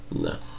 no